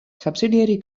subsidiary